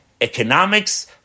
economics